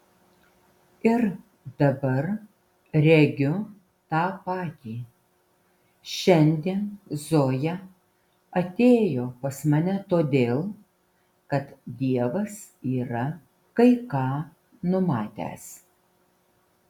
ir dabar regiu tą patį šiandien zoja atėjo pas mane todėl kad dievas yra kai ką numatęs